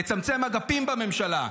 לצמצם אגפים בממשלה.